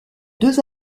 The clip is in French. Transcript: deux